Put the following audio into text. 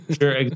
Sure